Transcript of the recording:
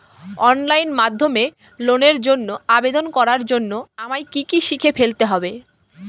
Online মাধ্যমে লোনের জন্য আবেদন করার জন্য আমায় কি কি শিখে ফেলতে হবে?